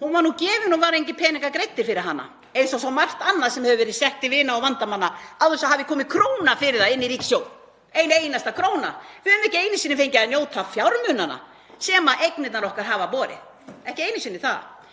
Hún var gefin og það voru engir peningar greiddir fyrir hana eins og svo margt annað sem hefur verið selt til vina og vandamanna án þess að króna hafi komið fyrir það inn í ríkissjóð, ekki ein einasta króna. Við höfum ekki einu sinni fengið að njóta fjármunanna sem eignirnar okkar hafa borið, ekki einu sinni það.